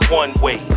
one-way